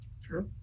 Sure